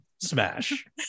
smash